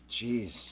Jeez